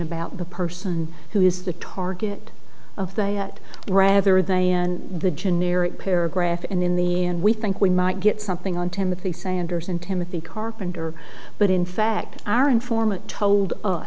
about the person who is the target of that yet rather than the generic paragraph and in the end we think we might get something on time they say anderson timothy carpenter but in fact our informant told u